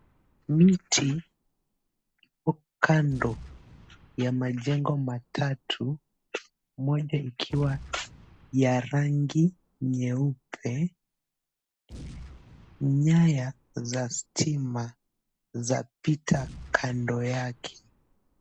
Miti kando ya majengo matatu, moja likiwa ya rangi nyeupe. Nyaya za stima zapita kando yake.